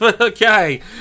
okay